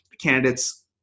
candidates